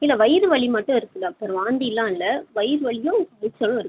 இல்லை வயிறு வலி மட்டும் இருக்குது டாக்டர் வாந்தியெலாம் இல்லி வயிறு வலியும் எரிச்சலும் இருக்குது